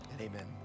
Amen